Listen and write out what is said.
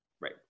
Right